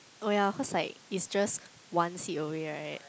oh yeah cause like is just one seat away right